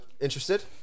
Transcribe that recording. Interested